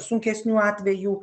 sunkesnių atvejų